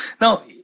Now